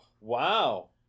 Wow